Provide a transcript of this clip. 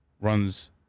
runs